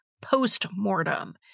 post-mortem